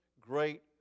great